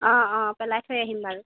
অঁ অঁ পেলাই থৈ আহিম বাৰু